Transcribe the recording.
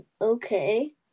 okay